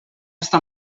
està